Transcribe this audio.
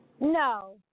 No